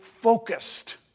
focused